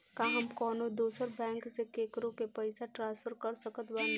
का हम कउनों दूसर बैंक से केकरों के पइसा ट्रांसफर कर सकत बानी?